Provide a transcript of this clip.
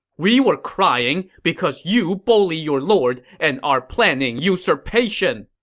we were crying because you bully your lord and are planning usurpation!